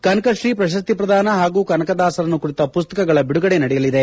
ಕನಕಶ್ರೀ ಪ್ರಶಸ್ತಿ ಪ್ರದಾನ ಹಾಗೂ ಕನಕದಾಸರನ್ನು ಕುರಿತ ಪುಸ್ತಕಗಳ ಬಿಡುಗಡೆ ನಡೆಯಲಿದೆ